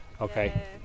okay